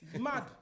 Mad